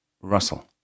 Russell